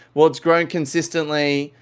well it's grown consistently,